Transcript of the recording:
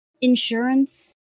insurance